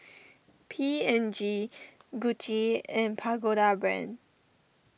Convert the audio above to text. P and G Gucci and Pagoda Brand